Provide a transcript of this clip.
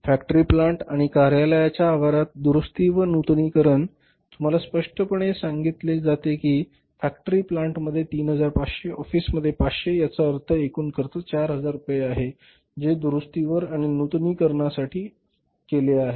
factory plant आणि कार्यालयाच्या आवारात दुरुस्ती व नूतनीकरण तुम्हाला स्पष्टपणे सांगितले जाते की फॅक्टरी प्लांटमध्ये 3500 ऑफिसमध्ये 500 याचा अर्थ एकूण खर्च 4000 रुपये आहे जे दुरुस्तीवर आणि नूतनीकरण यासाठी केले आहे